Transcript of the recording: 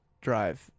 drive